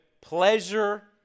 pleasure